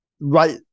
right